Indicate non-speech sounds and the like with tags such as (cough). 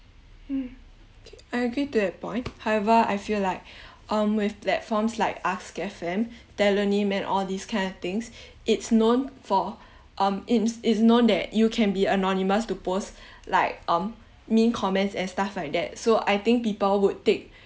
mm I agree to that point however I feel like (breath) um with platforms like ask F_M (breath) tellonym and all these kind of things (breath) it's known for (breath) um it's known that you can be anonymous to post (breath) like um mean comments and stuff like that so I think people would take